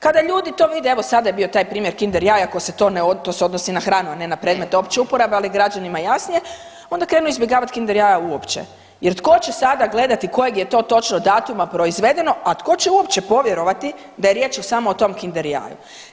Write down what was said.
Kada ljudi to vide, evo sada je bio taj primjer kinder jaja, to se odnosi na hranu, a ne na predmet opće uporabe, ali građanima je jasnije onda krenu izbjegavat kinder jaja uopće jer tko će sada gledati kojeg je to točno datuma proizvedeno, a tko će uopće povjerovati da je riječ o samo o tom kinder jaju.